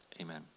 amen